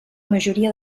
majoria